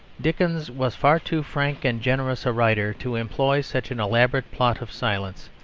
dickens was far too frank and generous a writer to employ such an elaborate plot of silence.